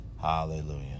Hallelujah